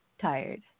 tired